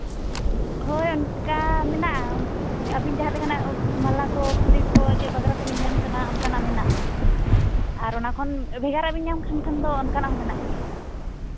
ᱦᱳᱭ ᱚᱱᱠᱟ ᱢᱮᱱᱟᱜᱼᱟ ᱟᱹᱵᱤᱱ ᱡᱟᱦᱟᱸ ᱞᱮᱠᱟᱱᱟᱜ ᱢᱟᱞᱟ ᱠᱚ ᱯᱷᱩᱞᱤ ᱠᱚ ᱪᱮᱫ ᱯᱟᱜᱽᱨᱟ ᱠᱚᱵᱮᱱ ᱧᱟᱢ ᱠᱟᱱᱟ ᱚᱱᱠᱟᱱᱟᱜ ᱢᱮᱱᱟᱜᱼᱟ ᱟᱨ ᱚᱱᱟ ᱠᱷᱚᱱ ᱵᱷᱮᱜᱟᱨᱟᱜ ᱵᱮᱱ ᱧᱟᱢ ᱠᱟᱱ ᱠᱷᱟᱱ ᱫᱚ ᱚᱱᱠᱟᱱᱟᱜ ᱦᱚᱸ ᱢᱮᱱᱟᱜ ᱜᱮᱭᱟ